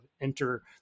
enter